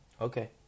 Okay